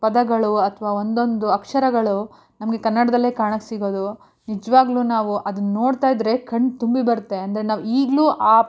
ಪದಗಳು ಅಥವಾ ಒಂದೊಂದು ಅಕ್ಷರಗಳು ನಮಗೆ ಕನ್ನಡದಲ್ಲೇ ಕಾಣೋಕೆ ಸಿಗೋದು ನಿಜವಾಗ್ಲೂ ನಾವು ಅದನ್ನ ನೋಡ್ತಾಯಿದ್ದರೆ ಕಣ್ಣು ತುಂಬಿ ಬರುತ್ತೆ ಅಂದರೆ ನಾವು ಈಗಲೂ ಆ